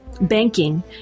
Banking